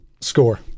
score